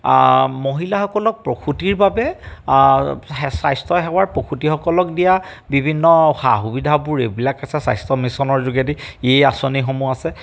মহিলাসকলক প্ৰসূতিৰ বাবে স্বাস্থ্যসেৱাৰ প্ৰসূতিসকলক দিয়া বিভিন্ন সা সুবিধাবোৰ এইবিলাক স্বাস্থ্য মিছনৰ যোগেদি এই আঁচনিসমূহ আছে